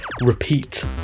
repeat